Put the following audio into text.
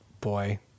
boy